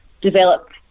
develop